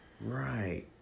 Right